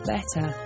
Better